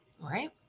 Right